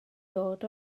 dod